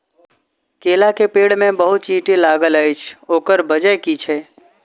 केला केँ पेड़ मे बहुत चींटी लागल अछि, ओकर बजय की छै?